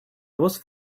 was